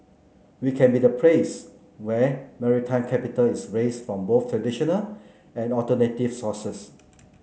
we can be the place where maritime capital is raised from both traditional and alternative sources